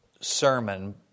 sermon